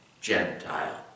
Gentile